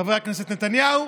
חבר הכנסת נתניהו,